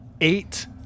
eight